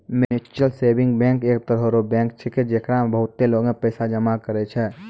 mutual saving bank एक तरह रो बैंक छैकै, जेकरा मे बहुते लोगें पैसा जमा करै छै